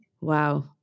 Wow